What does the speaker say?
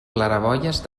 claraboies